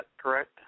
correct